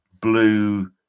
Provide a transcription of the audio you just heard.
blue